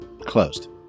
Closed